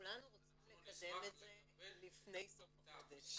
כולנו רוצים לקדם את זה לפני סוף החודש.